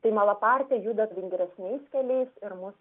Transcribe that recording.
tai malapartė juda vingresniais keliais ir mus